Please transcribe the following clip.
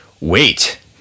wait